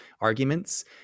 arguments